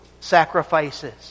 sacrifices